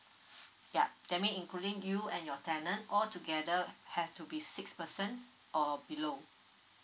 yeah that mean including you and your tenant all together have to be six person or below